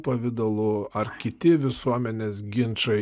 pavidalu ar kiti visuomenės ginčai